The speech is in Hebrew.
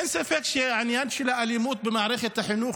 אין ספק שהעניין של האלימות במערכת החינוך